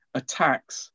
attacks